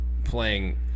Playing